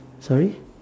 sorry